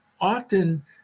often